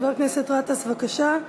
חבר הכנסת גטאס, בבקשה.